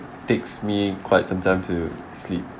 takes me quite some time to sleep